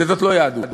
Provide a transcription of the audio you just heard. שזאת לא יהדות.